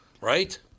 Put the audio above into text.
Right